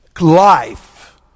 life